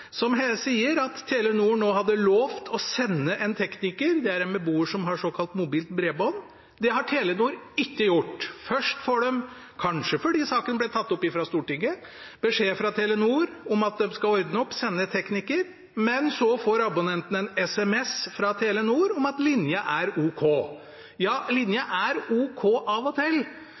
som har såkalt mobilt bredbånd, som sier at Telenor hadde lovet å sende en tekniker, men det har Telenor ikke gjort. Først får de – kanskje fordi saken ble tatt opp i Stortinget – beskjed fra Telenor om at de skal ordne opp, sende en tekniker, men så får abonnenten en SMS fra Telenor om at linja er ok. Ja, linja er ok av og til.